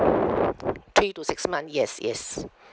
three to six month yes yes